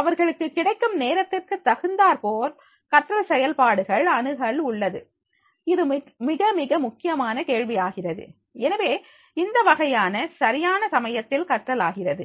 அவர்களுக்கு கிடைக்கும் நேரத்திற்குத் தகுந்தாற்போல் கற்றல் செயல்பாடுகள் அணுகல் உள்ளது இது மிகமிக முக்கியமான கேள்வி ஆகிறது எனவே இந்த வகையான சரியான சமயத்தில் கற்றல் ஆகிறது